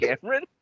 cameron